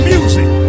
Music